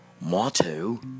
motto